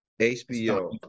HBO